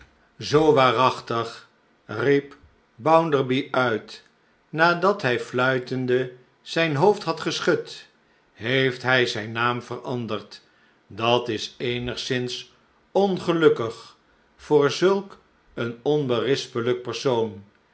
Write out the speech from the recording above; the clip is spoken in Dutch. zoo waarachtig riep bounderby uit nadat hij fluitende zijn hoofd had geschud heeft hij zijn naam veranderd dat is eenigszins ongelukkig voor zulk een onberispelijk persoon